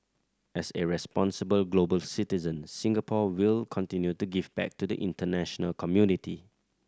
as a responsible global citizen Singapore will continue to give back to the international community